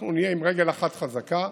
אנחנו נהיה עם רגל אחת חזקה,